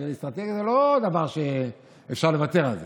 אסטרטגיה זה לא דבר שאפשר לוותר עליו.